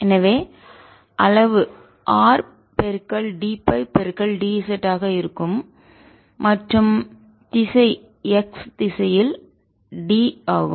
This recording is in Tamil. எனவே அளவு R dΦ d z ஆக இருக்கும் மற்றும் திசை x திசையில் d ஆகும்